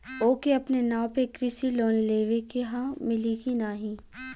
ओके अपने नाव पे कृषि लोन लेवे के हव मिली की ना ही?